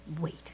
wait